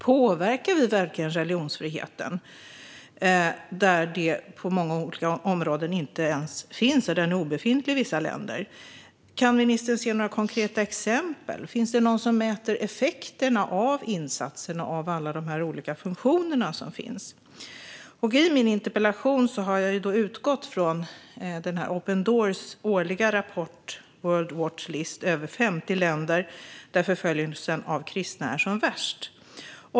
Påverkar vi verkligen religionsfriheten där det på många olika områden inte ens finns någon sådan? Den är obefintlig i vissa länder. Kan ministern se några konkreta exempel? Finns det någon som mäter effekterna av insatserna från alla de olika funktioner som finns? I min interpellation utgick jag från Open Doors årliga rapport World Watch List över de 50 länder där förföljelsen av kristna är som värst.